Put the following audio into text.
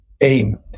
aim